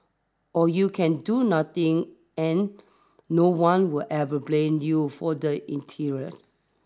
or you can do nothing and no one will ever blame you for the interior